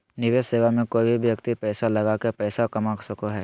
निवेश सेवा मे कोय भी व्यक्ति पैसा लगा के पैसा कमा सको हय